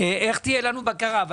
ואיך תהיה לנו בקרה.